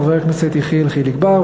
חבר הכנסת יחיאל חיליק בר,